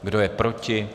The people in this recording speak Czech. Kdo je proti?